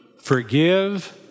forgive